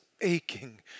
aching